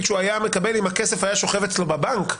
שהוא היה מקבל אם הכסף היה שוכב אצלו בבנק,